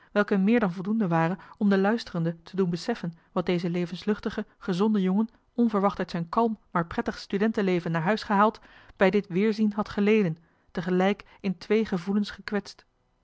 welke meer dan voldoende waren om den luisterende te doen beseffen wat deze levenslustige gezonde jongen onverwacht uit zijn kalm maar prettig studenteleven naar huis gehaald bij dit weerzien had geleden tegelijk in twéé gevoelens gekwetst